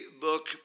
book